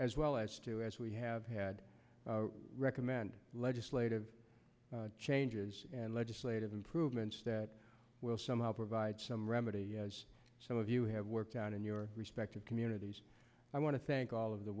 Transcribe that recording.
as well as to as we have had recommended legislative changes and legislative improvements that will somehow provide some remedy as some of you have worked out in your respective communities i want to thank all of the